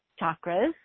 chakras